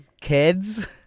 Kids